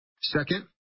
Second